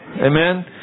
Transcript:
Amen